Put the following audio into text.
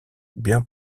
bien